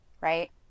right